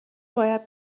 باید